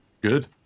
Good